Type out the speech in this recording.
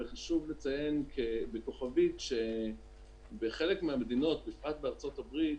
וחשוב לציין בכוכבית שבחלק מהמדינות בפרט בארצות הברית